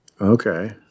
Okay